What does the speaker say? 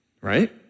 Right